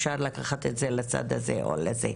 אפשר לקחת את זה לצד הזה או לזה,